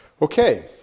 Okay